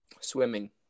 Swimming